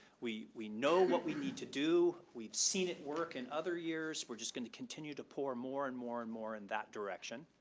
we we know what we need to do. we've seen it work in other years. we're just gonna continue to pour more and more and more in that direction,